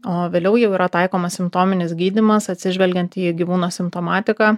o vėliau jau yra taikomas simptominis gydymas atsižvelgiant į gyvūno simptomatiką